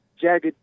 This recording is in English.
jagged